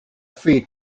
fee